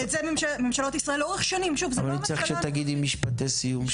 אבל את זה ממשלות ישראל לאורך שנים אני צריך שתגידי משפטי סיום,